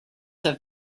have